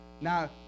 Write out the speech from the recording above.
Now